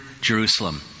Jerusalem